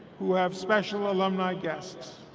who have special alumni guests.